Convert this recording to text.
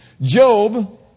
Job